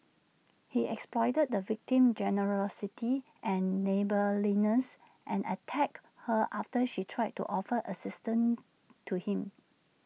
he exploited the victim's generosity and neighbourliness and attacked her after she tried to offer assistance to him